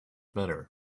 better